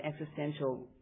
existential